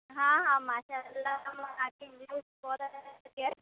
ہاں ہاں ماشا اللہ